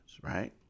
right